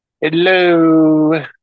Hello